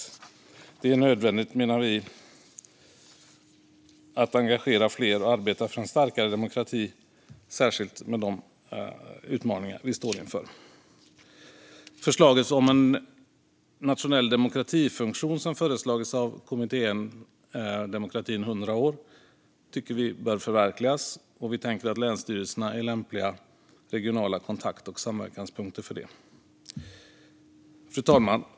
Vi menar att det är nödvändigt att engagera fler i arbetet för en starkare demokrati, särskilt nu med de utmaningar vi står inför. En nationell demokratifunktion, som har föreslagits av kommittén Demokratin 100 år, bör förverkligas. Vi i Miljöpartiet tänker att länsstyrelserna är lämpliga regionala kontakt och samverkanspunkter för det. Fru talman!